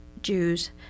Jews